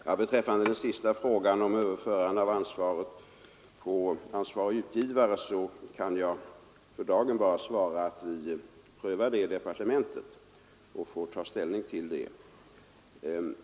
Herr talman! Beträffande den sista frågan, om överförande av ansvaret på ansvarig utgivare, kan jag för dagen bara svara att vi prövar den i departementet och kommer att ta ställning till den.